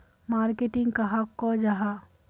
Marketing कहाक को जाहा?